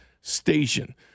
station